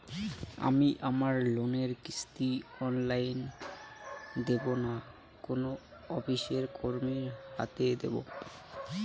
আমি আমার লোনের কিস্তি অনলাইন দেবো না কোনো অফিসের কর্মীর হাতে দেবো?